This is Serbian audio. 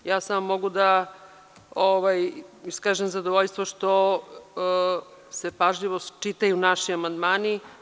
Ja samo mogu da iskažem zadovoljstvo što se pažljivo čitaju naši amandmani.